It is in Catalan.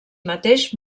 mateix